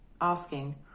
asking